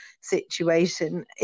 situation